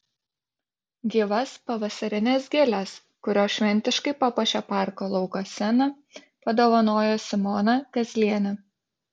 gyvas pavasarines gėles kurios šventiškai papuošė parko lauko sceną padovanojo simona kazlienė